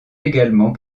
également